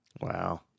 Wow